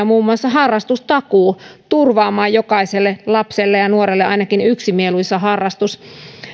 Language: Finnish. muun muassa harrastustakuuta turvaamaan jokaiselle lapselle ja nuorelle ainakin yhden mieluisan harrastuksen